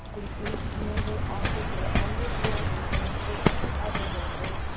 and each member authored their own report with input from other members.